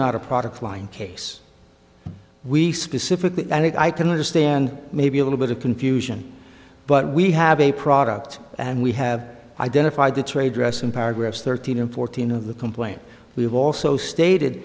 not a product line case we specifically and i can understand maybe a little bit of confusion but we have a product and we have identified the trade dress in paragraphs thirteen and fourteen of the complaint we have also stated